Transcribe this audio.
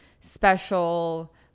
special